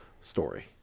story